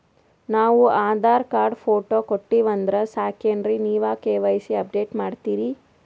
ನಾವು Aadhaar card, photo ಕೊಟ್ಟೀವಂದ್ರ ಸಾಕೇನ್ರಿ ನೀವ ಕೆ.ವೈ.ಸಿ ಅಪಡೇಟ ಮಾಡ್ತೀರಿ?